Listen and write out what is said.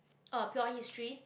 oh pure history